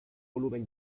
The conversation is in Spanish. volumen